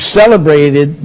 celebrated